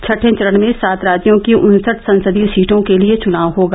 छठे चरण में सात राज्यों की उन्सठ संसदीय सीटों के लिए चुनाव होगा